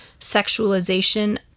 sexualization